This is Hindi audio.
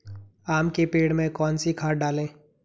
आम के पेड़ में कौन सी खाद डालें?